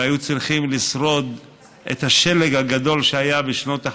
והם היו צריכים לשרוד את השלג הגדול שהיה בשנות ה-50,